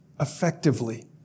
effectively